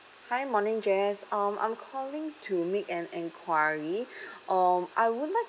hi morning jess um I'm calling to make an enquiry um I would like